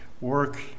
work